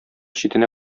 читенә